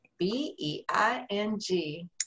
B-E-I-N-G